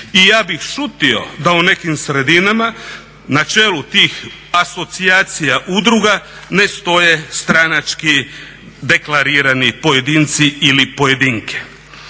I ja bih šutio da u nekim sredinama na čelu tih asocijacija udruga ne stoje stranački deklarirani pojedinci ili pojedinke.